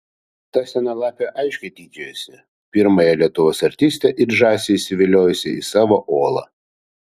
ta sena lapė aiškiai tyčiojosi pirmąją lietuvos artistę it žąsį įsiviliojusi į savo olą